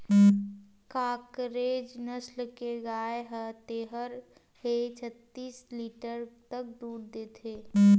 कांकरेज नसल के गाय ह तेरह ले छत्तीस लीटर तक दूद देथे